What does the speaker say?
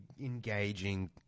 engaging